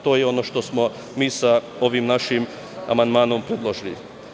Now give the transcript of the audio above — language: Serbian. To je ono što smo mi sa ovim našim amandmanom predložili.